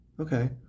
Okay